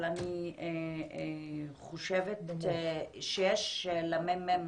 אבל אני חושבת שיש לממ"מ.